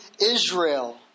Israel